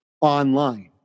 online